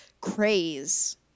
craze